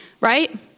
right